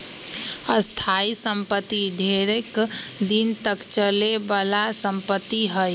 स्थाइ सम्पति ढेरेक दिन तक चले बला संपत्ति हइ